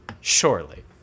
Surely